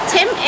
Tim